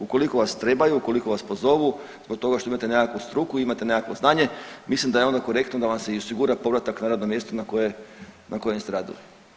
Ukoliko vas trebaju, ukoliko vas pozovu zbog toga što imate nekakvu struku, imate nekakvo znanje mislim da je onda korektno da vam se i osigura povratak na radno mjesto na koje, na kojem ste radili.